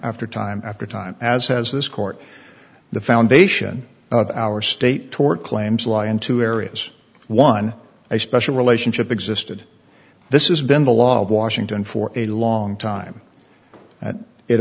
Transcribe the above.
after time after time as has this court the foundation of our state tort claims law in two areas one a special relationship existed this is been the law of washington for a long time that it